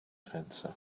grenze